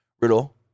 Riddle